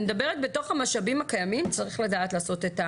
אני מדברת בתוך המשאבים הקיימים צריך לדעת לעשות.